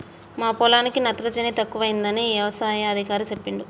మా పొలానికి నత్రజని తక్కువైందని యవసాయ అధికారి చెప్పిండు